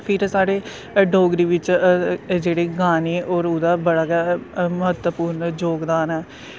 फिर साढ़े जोगरी बिच्च एह् जेह्ड़े गाने और उह्दा बड़ा गै महत्वपूर्ण जोगदान ऐ